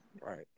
Right